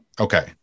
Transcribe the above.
Okay